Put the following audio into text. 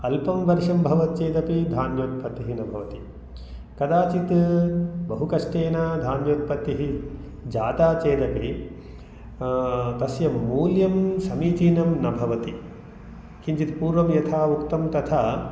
अल्पं वर्षं भवति चेदपि धान्योत्पत्तिः न भवति कदाचित् बहुकष्टेन धान्योत्पत्तिः जाता चेदपि तस्य मूल्यं समीचीनं न भवति किञ्चित् पूर्वं यथा उक्तं तथा